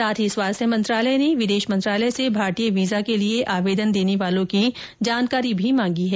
साथ ही स्वास्थ्य मंत्रालय ने विदेश मंत्रालय से भारतीय वीजा के लिए आवेदन देने वालों की जानकारी भी मांगी है